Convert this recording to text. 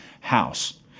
house